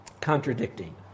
Contradicting